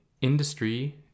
industry